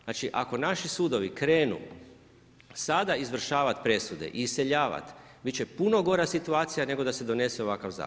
Znači ako naši sudovi krenu sada izvršavat presude i iseljavat bit će puno gora situacija nego da se donese ovakav zakon.